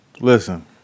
Listen